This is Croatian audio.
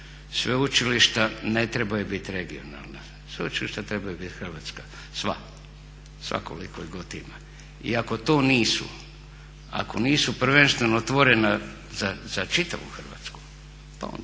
sveučilišta ne trebaju biti regionalna. Sveučilišta trebaju biti hrvatska sva, sva koliko god ih ima. I ako to nisu, ako nisu prvenstveno otvorena za čitavu Hrvatsku pa onda